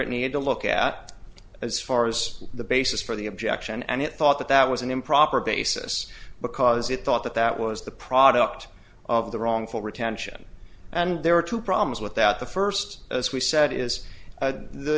it needed to look at as far as the basis for the objection and it thought that that was an improper basis because it thought that that was the product of the wrongful retention and there were two problems with that the first as we said is the